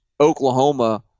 Oklahoma